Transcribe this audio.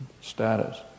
status